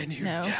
no